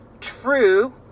true